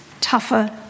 tougher